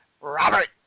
Robert